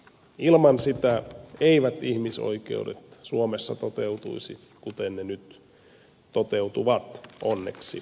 ilman sitä eivät ihmisoikeudet suomessa toteutuisi kuten ne nyt toteutuvat onneksi